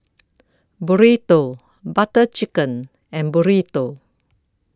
Burrito Butter Chicken and Burrito